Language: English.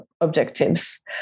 objectives